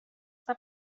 sta